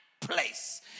place